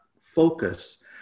focus